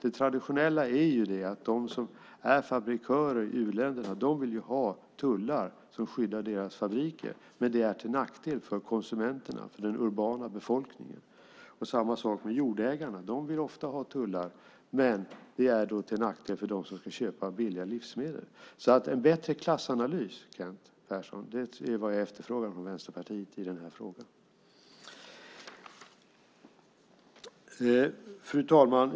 Det traditionella är att fabrikörer i u-länderna vill ha tullar som skyddar deras fabriker, men det är till nackdel för konsumenterna, för den urbana befolkningen. Samma sak gäller jordägarna. De vill ofta ha tullar, men det är till nackdel för dem som ska köpa billiga livsmedel. Jag efterfrågar en bättre klassanalys från Vänsterpartiet i den här frågan, Kent. Fru talman!